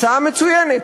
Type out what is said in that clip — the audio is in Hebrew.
הצעה מצוינת.